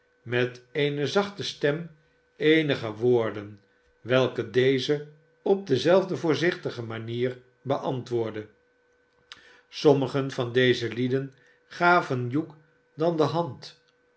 met eene zachte stem eenige woorden welke deze op dezelfde voorzichtige manier beantwoordde sommigen van deze lieden gaven hugh dan de hand